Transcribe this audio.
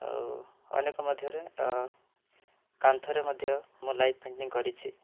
ଆଉ ଅନେକ ମଧ୍ୟରେ କାନ୍ଥରେ ମଧ୍ୟ ମୁଁ ଲାଇଭ୍ ପେଣ୍ଟିଙ୍ଗ୍ କରିଛି